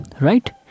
right